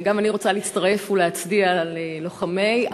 גם אני רוצה להצטרף ולהצדיע ללוחמי,